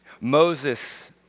Moses